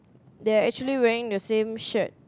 they're actually wearing the same shirt